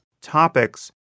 topics